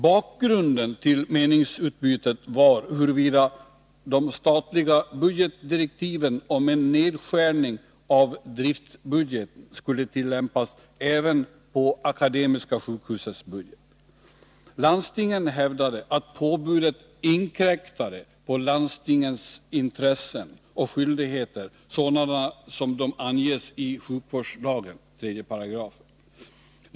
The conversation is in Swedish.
Bakgrunden till meningsutbytet var frågan, huruvida de statliga budgetdirektiven om en nedskärning av driftsbudgeten skulle tillämpas även på Akademiska sjukhusets budget. Landstingen hävdade att påbudet inkräktade på landstingens intressen och skyldigheter sådana de anges i sjukvårdslagen 3 §.